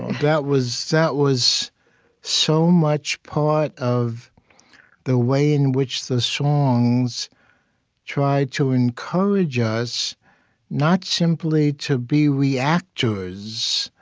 that was that was so much part of the way in which the songs try to encourage us not simply to be reactors.